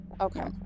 okay